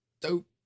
dope